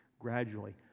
Gradually